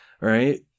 Right